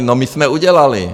No, my jsme udělali.